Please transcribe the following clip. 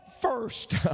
first